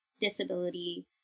disability